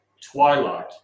twilight